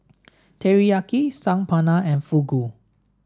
Teriyaki Saag Paneer and Fugu